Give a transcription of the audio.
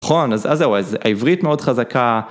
נכון אז עברית מאוד חזקה.